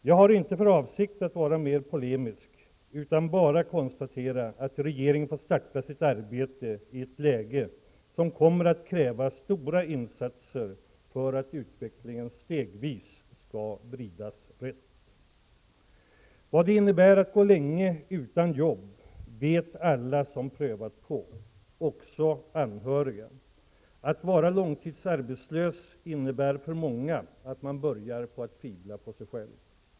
Jag har inte för avsikt att vara mer polemisk utan vill bara konstatera att regeringen får starta sitt arbete i ett läge som kommer att kräva stora insatser för att utvecklingen stegvis skall vridas rätt. Vad det innebär att gå länge utan jobb vet alla som prövat på, också anhöriga. Att vara långtidsarbetslös innebär för många att man börjar tvivla på sig själv.